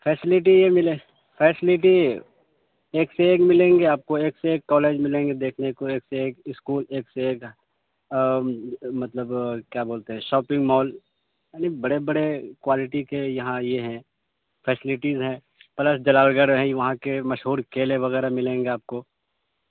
facility یہ ملے facility ایک سے ایک ملیں گے آپ کو ایک سے ایک کالج ملیں گے دیکھنے کو ایک سے ایک اسکول ایک سے ایک مطلب کیا بولتے ہیں شاپنگ مال یعنی بڑے بڑے کوالٹی کے یہاں یہ ہیں فیسلٹیز ہیں پلس جلال گڑھ ہیں وہاں کے مشہور کیلے وغیرہ ملیں گے آپ کو